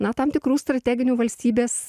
na tam tikrų strateginių valstybės